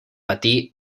patir